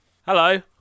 Hello